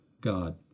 God